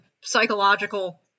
psychological